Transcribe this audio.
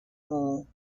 more